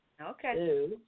Okay